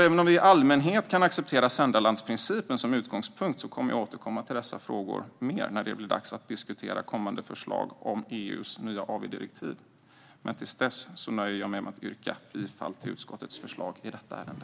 Även om vi i allmänhet kan acceptera sändarlandsprincipen som utgångspunkt kommer jag att återkomma till dessa frågor mer när det blir dags att debattera kommande förslag om EU:s nya AV-direktiv. Men till dess nöjer jag mig med att yrka bifall till utskottets förslag i detta ärende.